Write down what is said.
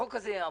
החוק הזה יעבור.